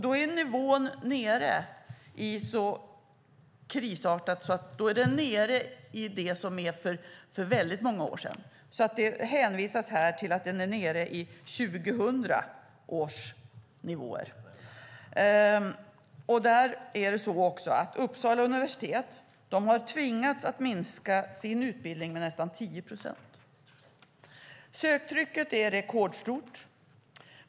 Då är antalet nere på samma nivå som för väldigt många år sedan. Det hänvisas här till att det är nere på samma nivå som 2000. Uppsala universitet har tvingats att minska sin utbildning med nästan 10 procent. Söktrycket är rekordstort.